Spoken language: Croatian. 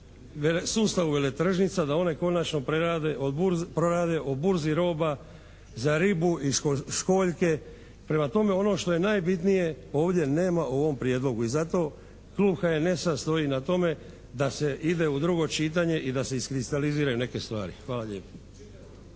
veletržnica da one konačno prorade, o burzi roba, za ribu i školjke. Prema tome, ono što je najbitnije ovdje nema u ovom Prijedlogu i zato tu HNS sad stoji na tome da se ide u drugo čitanje i da se iskristaliziraju neke stvari. Hvala lijepo.